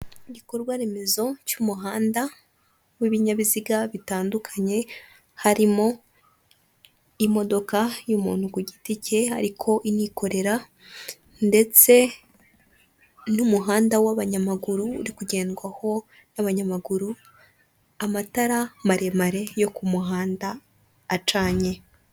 Igikorwa remezo cy'umuhanda w'ibinyabiziga bitandukanye harimo imodoka y'umuntu ku giti cye ariko inikorera ndetse n'umuhanda w'abanyamaguru uri kugendwaho n'abanyamaguru, amatara maremare yo ku muhanda acanye.